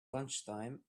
lunchtime